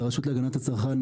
מהרשות להגנת הצרכן,